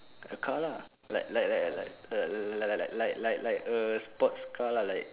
a car lah like like like like like like like like like a sports car lah like